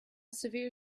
severe